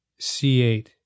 C8